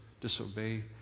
disobey